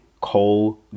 coal